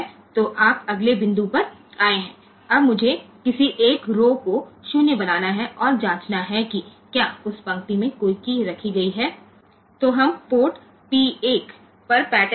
તો હવે આપણે આગલા મુદ્દા પર આવ્યા રહ્યા છીએ હવે આપણે એક રૉ ને 0 તરીકે બનાવવી પડશે અને તે લાઇન પર કોઈ કી મૂકવામાં આવી છે કે કેમ તે તપાસવું પડશે